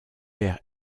perd